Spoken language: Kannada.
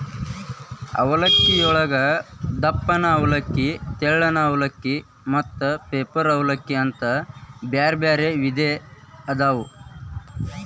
ಅವಲಕ್ಕಿಯೊಳಗ ದಪ್ಪನ ಅವಲಕ್ಕಿ, ತೆಳ್ಳನ ಅವಲಕ್ಕಿ, ಮತ್ತ ಪೇಪರ್ ಅವಲಲಕ್ಕಿ ಅಂತ ಬ್ಯಾರ್ಬ್ಯಾರೇ ವಿಧ ಅದಾವು